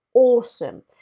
awesome